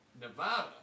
Nevada